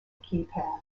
keypad